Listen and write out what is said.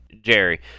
Jerry